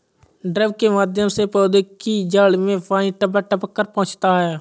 drip के माध्यम से पौधे की जड़ में पानी टपक टपक कर पहुँचता है